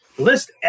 list